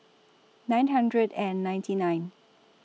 nine hundred and ninety nine